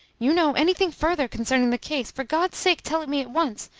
you know anything further concerning the case, for god's sake tell it me at once.